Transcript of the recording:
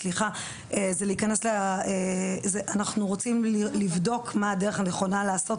אנחנו רוצים לבדוק מה הדרך הנכונה לעשות